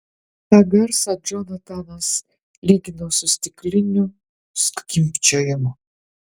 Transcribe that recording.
tą garsą džonatanas lygino su stiklinių skimbčiojimu